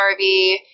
RV